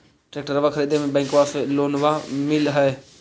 ट्रैक्टरबा खरीदे मे बैंकबा से लोंबा मिल है?